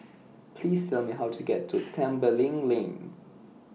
Please Tell Me How to get to Tembeling Lane